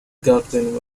godwin